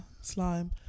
slime